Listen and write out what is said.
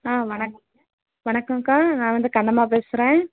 ஆ வணக் வணக்கம் அக்கா நான் வந்து கண்ணம்மா பேசுகிறேன்